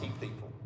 people